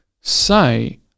say